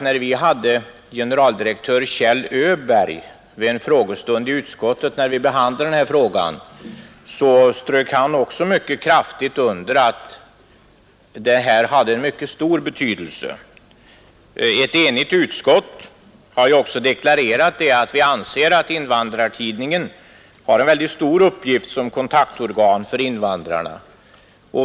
När vi hade generaldirektör Kjell Öberg närvarande i utskottet under en frågestund i samband med att vi behandlade detta ärende, underströk även han mycket kraftigt att Invandrartidningen hade en stor betydelse. Ett enigt utskott har också deklarerat, att det anser att Invandrartidningen har en stor uppgift som kontaktorgan för invandrarna.